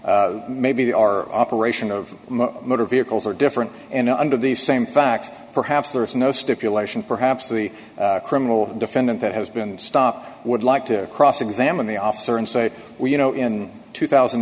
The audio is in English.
our operation of motor vehicles are different and under the same facts perhaps there is no stipulation perhaps the criminal defendant that has been stopped would like to cross examine the officer and say well you know in two thousand